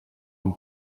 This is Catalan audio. han